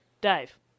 Dave